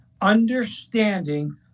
understanding